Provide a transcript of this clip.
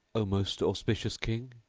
o most auspicious king!